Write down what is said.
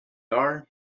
are